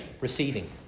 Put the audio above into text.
Receiving